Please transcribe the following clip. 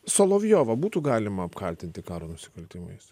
solovjovą būtų galima apkaltinti karo nusikaltimais